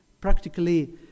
practically